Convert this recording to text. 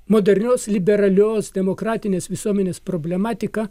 modernios liberalios demokratinės visuomenės problematika